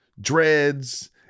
dreads